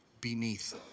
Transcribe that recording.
beneath